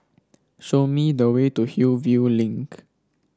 show me the way to Hillview Link